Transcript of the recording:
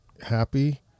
happy